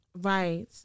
Right